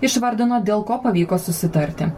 išvardino dėl ko pavyko susitarti